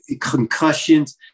concussions